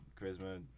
charisma